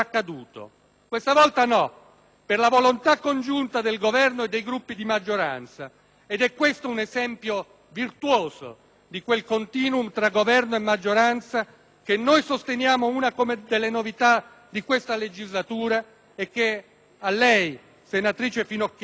per la volontà congiunta del Governo e dei Gruppi di maggioranza. Ed è, questo, un esempio virtuoso di quel *continuum* tra Governo e maggioranza che noi sosteniamo come una delle novità di questa legislatura e che a lei, senatrice Finocchiaro, tanto dispiace.